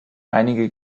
einige